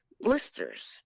blisters